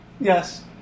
Yes